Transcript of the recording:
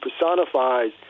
personifies